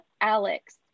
Alex